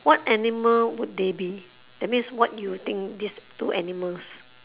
what animal would they be that means what you think these two animals